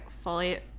fully